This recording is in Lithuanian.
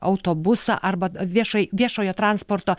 autobusą arba viešai viešojo transporto